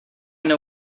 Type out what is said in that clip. know